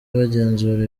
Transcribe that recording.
bagenzura